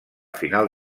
final